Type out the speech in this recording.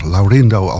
Laurindo